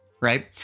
right